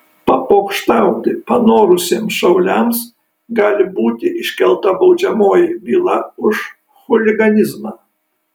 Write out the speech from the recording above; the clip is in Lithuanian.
papokštauti panorusiems šauliams gali būti iškelta baudžiamoji byla už chuliganizmą